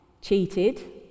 cheated